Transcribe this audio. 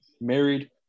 married